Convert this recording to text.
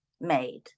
made